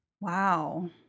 Wow